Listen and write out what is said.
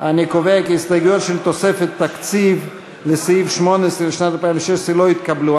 אני קובע כי ההסתייגויות של תוספת תקציב לסעיף 18 לשנת 2016 לא התקבלו.